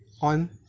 on